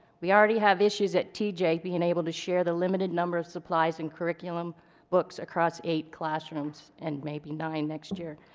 we already have issues at tj being able to share the limited number of supplies and curriculum books across eight classrooms, and maybe nine next year.